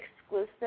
exclusive